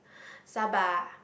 Sabah